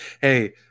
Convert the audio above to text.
Hey